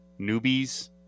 newbies